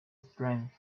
strength